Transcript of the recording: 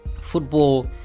football